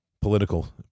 political